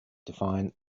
define